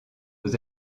aux